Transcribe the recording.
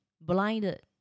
blinded